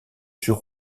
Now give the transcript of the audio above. sur